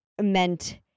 meant